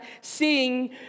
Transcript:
Seeing